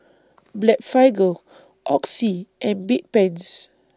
Blephagel Oxy and Bedpans